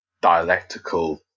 dialectical